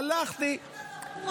הלכתי,